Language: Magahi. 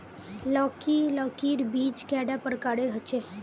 लौकी लौकीर बीज कैडा प्रकारेर होचे?